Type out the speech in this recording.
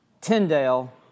Tyndale